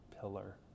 pillar